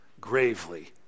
gravely